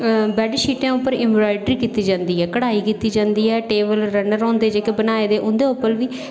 बेडशीटें पर ऐम्ब्राइडरी कीती जंदी ऐ कढ़ाई कीती जंदी ऐ टेबल रनर होंदे जेह्ड़े बनाए दे उं'दे उप्पर बी